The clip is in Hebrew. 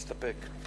להסתפק.